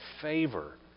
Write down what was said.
favor